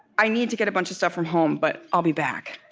i need to get a bunch of stuff from home. but i'll be back